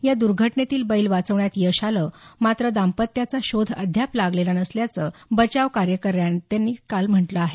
या दूर्घटनेतील बैल वाचवण्यात यश आलं मात्र दांम्पत्याचा शोध अद्याप लागलेला नसल्याचं बचाव कार्य करणाऱ्यांनी म्हटलं आहे